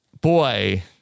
Boy